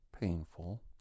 painful